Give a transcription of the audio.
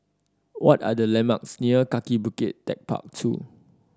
what are the landmarks near Kaki Bukit Techpark Two